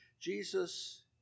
Jesus